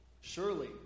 Surely